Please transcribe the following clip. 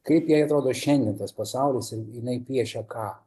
kaip jai atrodo šiandien tas pasaulis ir jinai piešia ką